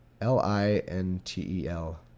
l-i-n-t-e-l